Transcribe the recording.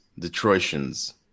detroitians